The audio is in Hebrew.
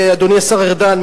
אדוני השר ארדן,